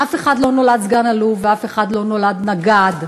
אף אחד לא נולד סגן-אלוף ואף אחד לא נולד נגד.